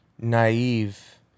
naive